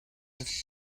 was